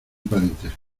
parentesco